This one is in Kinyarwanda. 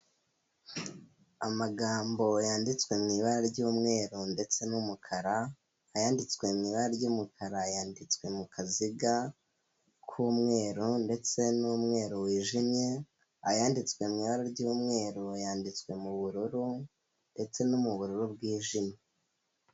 Amagambo yanditswe mu ibara ry'umweru ndetse n'umukara, ayanditswe mu ibara ry'umukara yanditswe mu kaga k'umweru ndetse n'umweru wijimye, ayanditswe mu ibara ry'umweru yanditswe mu bururu ndetse no mu bururu bwijimye.